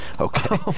Okay